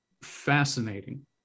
fascinating